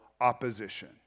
opposition